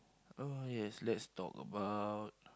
oh yes let's talk about